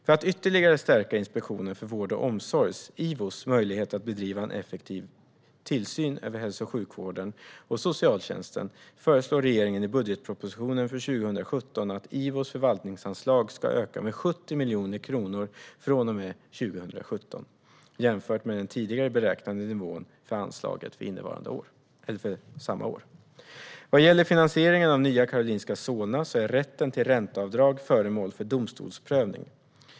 För att ytterligare stärka Inspektionen för vård och omsorgs möjligheter att bedriva en effektiv tillsyn över hälso och sjukvården och socialtjänsten föreslår regeringen i budgetpropositionen för 2017 att IVO:s förvaltningsanslag ska öka med 70 miljoner kronor från och med 2017, jämfört med den tidigare beräknade nivån för anslaget för samma år. Vad gäller finansieringen av Nya Karolinska Solna är rätten till ränteavdrag föremål för domstolsprövning.